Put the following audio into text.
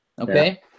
okay